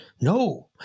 No